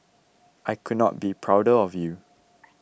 I could not be prouder of you